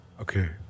Okay